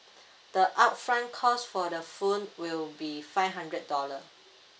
the upfront cost for the phone will be five hundred dollar